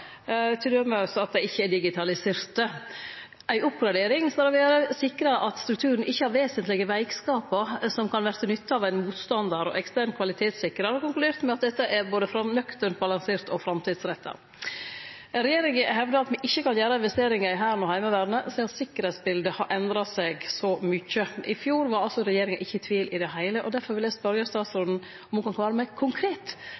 til dømes at stridsvognene ikkje er digitaliserte.» Vidare sa ein at ei oppgradering skal sikre at «strukturen ikkje har vesentlege veikskapar som kan verta nytta av ein motstandar», og at ekstern kvalitetssikrar har konkludert med at dette er både «nøkternt, balansert og framtidsretta». Regjeringa hevdar at me ikkje kan gjere investeringar i Hæren og Heimevernet sidan sikkerheitsbiletet har endra seg så mykje. I fjor var regjeringa ikkje i tvil i det heile. Difor vil eg spørje